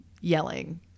yelling